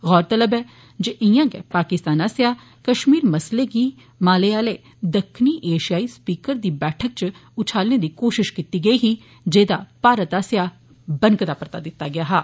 गौलतलब ऐ जे इयां गै पाकिस्तान आस्सेआ कश्मीर मसले गी माले आले दक्खनी एशियाई स्पीकरें दी बैठक च उछालने दी कोशिश कीती गेई ही जेदा भारत आस्सेआ बनकदा परता दित्ता गेआ हा